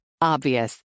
Obvious